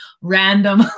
random